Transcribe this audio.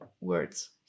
words